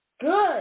Good